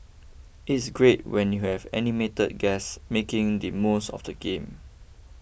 it's great when you have animated guests making the most of the game